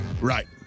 Right